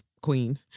Queen